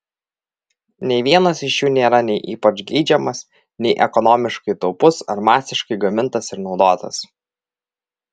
nė vienas iš jų nėra nei ypač geidžiamas nei ekonomiškai taupus ar masiškai gamintas ir naudotas